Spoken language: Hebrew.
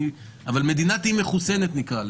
אבל מדינת אי מחוסנת נקרא לזה,